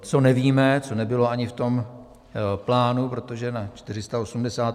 Co nevíme, co nebylo ani v tom plánu, protože na 488.